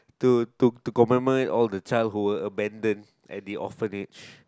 to to compromise all the child who were abandoned at the orphanage